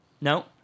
No